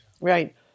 Right